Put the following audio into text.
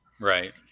right